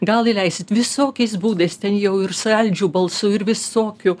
gal įleisit visokiais būdais ten jau ir saldžiu balsu ir visokiu